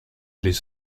les